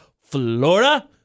Florida